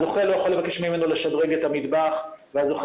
הזוכה לא יכול לבקש ממנו לשדרג את המטבח והזוכה